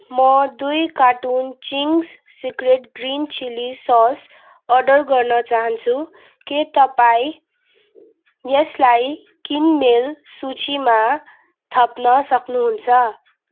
म दुई carton Ching's secret green chilli sauce order गर्न चाहन्छु के तपाईँ यसलाई किनमेल सूचीमा थप्न सक्नुहुन्छ